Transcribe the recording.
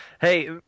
Hey